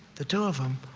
the two of them,